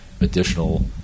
additional